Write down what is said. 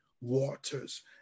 waters